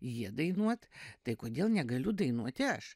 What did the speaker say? jį dainuot tai kodėl negaliu dainuoti aš